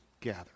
gather